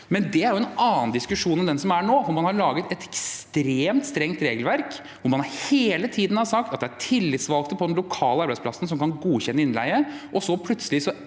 men det er en annen diskusjon enn den som er nå. Man har laget et ekstremt strengt regelverk. Man har hele tiden sagt at det er tillitsvalgte på den lokale arbeidsplassen som kan godkjenne innleie, men så